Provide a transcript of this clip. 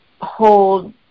hold